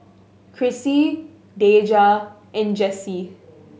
Crissie Deja and Jesse